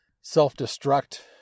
self-destruct